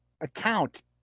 account